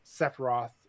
Sephiroth